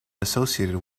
associated